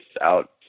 out